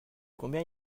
combien